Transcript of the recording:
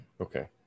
Okay